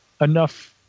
enough